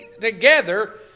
together